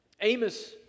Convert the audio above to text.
Amos